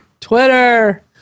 Twitter